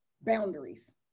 boundaries